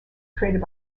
created